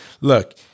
look